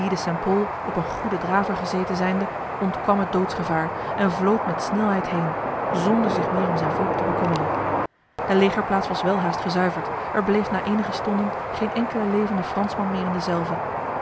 op een goede draver gezeten zijnde ontkwam het doodsgevaar en vlood met snelheid heen zonder zich meer om zijn volk te bekommeren de legerplaats was welhaast gezuiverd er bleef na enige stonden geen enkele levende fransman meer in dezelve